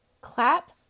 clap